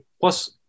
plus